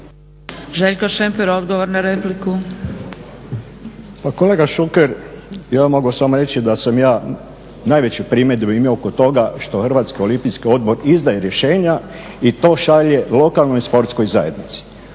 repliku. **Šemper, Željko (HSU)** Pa kolega Šuker, ja vam mogu samo reći da sam ja najveće primjedbe imao oko toga što Hrvatski olimpijski odbor izdaje rješenja i to šalje lokalnoj sportskoj zajednici